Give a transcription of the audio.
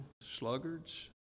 sluggards